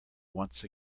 once